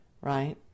right